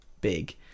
big